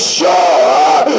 sure